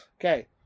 Okay